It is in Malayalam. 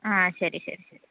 ആ ശരി ശരി ശരി